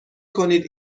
کنید